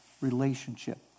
relationship